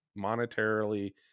monetarily